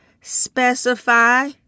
specify